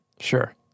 Sure